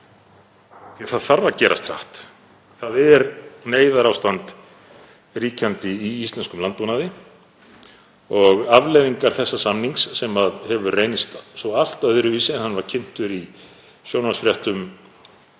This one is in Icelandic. það þarf að gerast hratt. Það er neyðarástand ríkjandi í íslenskum landbúnaði og afleiðingar þessa samnings, sem hefur reynst svo allt öðruvísi en hann var kynntur í sjónvarpsfréttum